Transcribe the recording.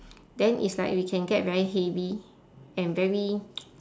then it's like we can get very heavy and very